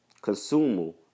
Consumable